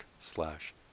slash